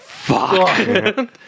Fuck